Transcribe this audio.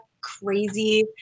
crazy